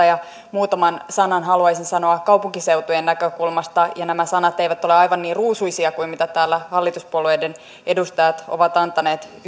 ja muutaman sanan haluaisin sanoa kaupunkiseutujen näkökulmasta ja nämä sanat eivät ole aivan niin ruusuisia kuin mitä täällä hallituspuolueiden edustajat ovat antaneet